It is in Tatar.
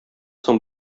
соң